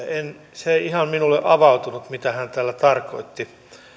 se ei ihan minulle avautunut mitä hän tällä tarkoitti